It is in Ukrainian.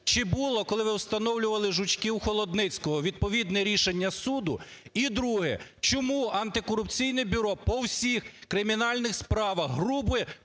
Чи було, коли ви встановлювали жучки в Холодницького, відповідне рішення суду. І друге. Чому Антикорупційне бюро по всіх кримінальних справах грубо